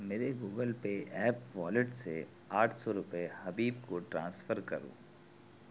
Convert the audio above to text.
میرے Google pay app wallet سے آٹھ سوروپے حبیب کو ٹرانسفر کرو